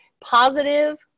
positive